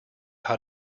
how